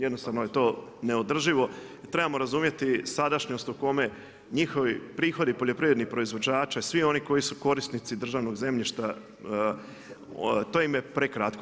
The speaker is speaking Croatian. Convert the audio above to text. Jednostavno je to neodrživo jer trebamo razumjeti sadašnjost u kome njihovi prihodi poljoprivrednih proizvođača i svih onih koji su korisnici državnog zemljišta to im je prekratko.